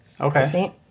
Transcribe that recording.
Okay